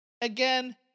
again